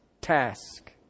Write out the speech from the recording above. task